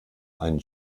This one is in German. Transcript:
einen